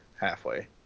Halfway